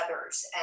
others